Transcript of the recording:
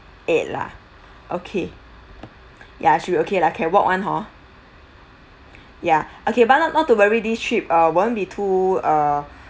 eight lah okay ya should okay lah can walk [one] hor ya okay but not not to worry this trip uh won't be too err